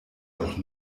doch